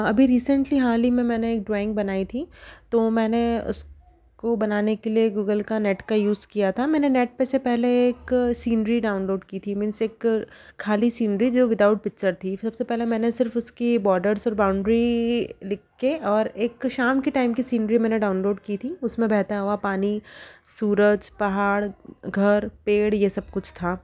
अभी रिसेंटली हाल ही में मैंने एक ड्राइंग बनाई थी तो मैंने उस को बनाने के लिए गूगल का नेट का यूज़ किया था मैंने नेट पर से पहले एक सिनरी डाउनलोड की थी मीन्स एक खाली सिनरी जो विदाउट पिक्चर थी सबसे पहले मैंने सिर्फ उसकी बॉर्डर्स और बाउंड्री लिख कर और एक शाम के टाइम की सिनरी मैंने डाउनलोड की थी उसमें बहता हुआ पानी सूरज पहाड़ घर पेड़ ये सब कुछ था